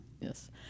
Yes